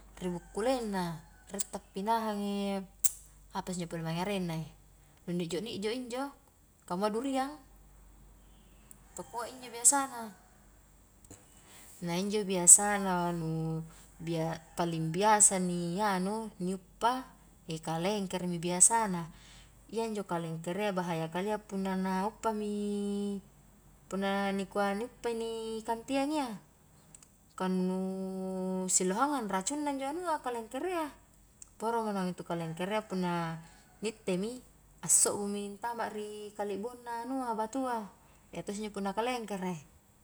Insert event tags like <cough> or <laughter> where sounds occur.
Ri bukkulengna, rie tappianahang <hesitation> apase njo pole mange arennae, nu nijjo-nijjo injo kamua duriang, pakua injo biasana na, na injo biasa na nu bia paling biasani anu ni uppa <hesitation> kalengkere mi biasana, iya ijo kalengkerea bahaya kalia punna na uppami punna nikua ni uppa ni kantiang iya, kanu siloheangangang racunna injo anua, kalengkerea, pora mo intu naung kalengkerea punna nittemi, asso'bumi antama ri kali'bong na anua batua, iya to' isse injo punna kalengkere.